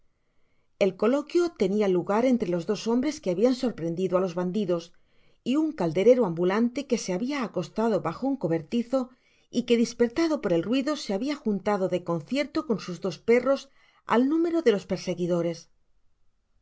el coloquio tenia lugar entre los dos hombres que habian sorprendido á los bandidos y un calderero ambulante que se habia acostado bajo un cobertizo y que dispertado por el ruido se habia juntado de concierto con sus dos perros al número de los perseguidores